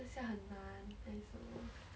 等一下很难 then 什么